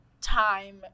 time